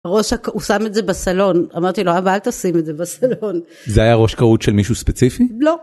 הוא שם את זה בסלון, אמרתי לו אבא, אל תשים את זה בסלון. -זה היה ראש כרות של מישהו ספציפי? -לא.